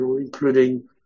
including